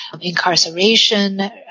incarceration